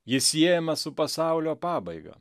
jis siejamas su pasaulio pabaiga